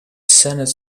senate